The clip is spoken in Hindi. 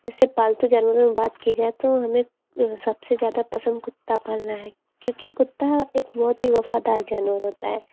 जैसे पालतू जानवरों में बात की जाए तो हमें सबसे ज़्यादा पसंद कुत्ता पालना है क्योंकि कुत्ता एक बहुत ही वफ़ादार जानवर होता है